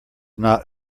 not